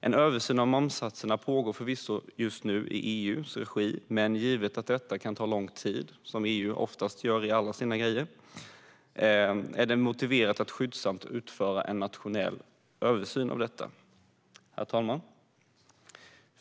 En översyn av momssatser pågår förvisso i EU:s regi, men givet att detta kan ta lång tid - som det oftast gör i EU - är det motiverat att skyndsamt utföra en nationell översyn. Herr talman!